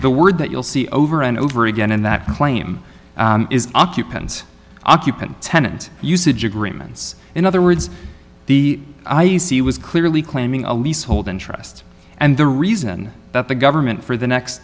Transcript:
the word that you'll see over and over again in that claim is occupants occupant tenant usage agreements in other words the i e c was clearly claiming a leasehold interest and the reason that the government for the next